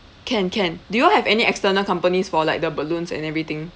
can can do you all have any external companies for like the balloons and everything